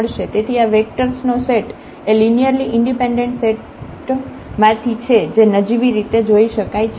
તેથી આ વેક્ટર્સ નો સેટ એ લિનિયરલી ઈન્ડિપેન્ડેન્ટ સેટ માંથી છે જે નજીવી રીતે જોઈ શકાય છે